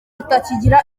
atakigira